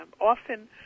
Often